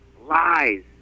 Lies